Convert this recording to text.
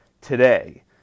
today